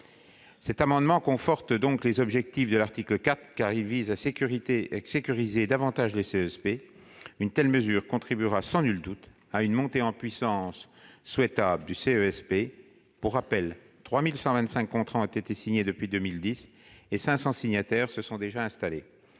objet de conforter les objectifs poursuivis à l'article 4, car il vise à sécuriser davantage les CESP. Une telle mesure contribuera sans nul doute à la montée en puissance souhaitable de ce contrat. Pour rappel, quelque 3 125 contrats ont été signés depuis 2010, et 500 signataires se sont déjà installés.